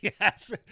Yes